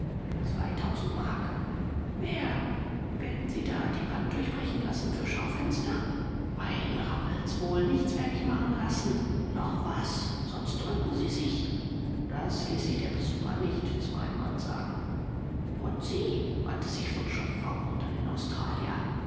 zweitausend mark wer werden sie da die wand durchbrechen lassen für schaufenster bei ihnen rappelt's wohl nichts werde ich machen lassen noch was sonst drücken sie sich das ließ sich der besucher nicht zweimal sagen und sie wandte sich wutschow fauchend an den australier